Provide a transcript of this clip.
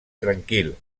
tranquil